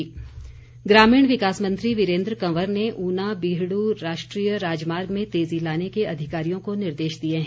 वीरेन्द्र कंवर ग्रामीण विकास मंत्री वीरेन्द्र कंवर ने ऊना बीहडू राष्ट्रीय राजमार्ग में तेजी लाने के अधिकारियों को निर्देश दिए हैं